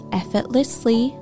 effortlessly